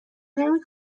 نمی